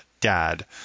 dad